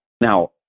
Now